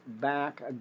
back